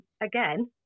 again